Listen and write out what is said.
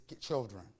children